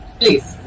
please